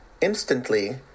Instantly